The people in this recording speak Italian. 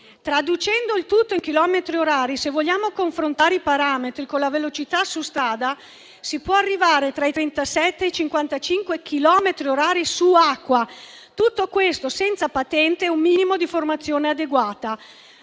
traducendo il tutto in chilometri orari, se vogliamo confrontare i parametri con la velocità su strada, si può arrivare tra i 37 e 55 chilometri orari su acqua e tutto questo senza patente e un minimo di formazione adeguata.